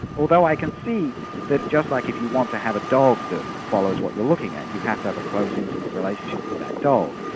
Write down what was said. although i can see that just like if you want to have a dog that follows what you're looking at, you have to have a close intimate relationship with that dog.